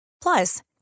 Plus